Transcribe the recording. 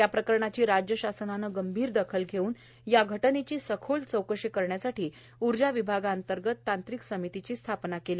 या प्रकरणाची राज्य शासनाने गंभीर दखल घेऊन या घटनेची सखोल चौकशी करण्यासाठी ऊर्जा विभागांतर्गत तांत्रिक समितीची स्थापना केली